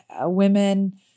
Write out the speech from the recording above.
women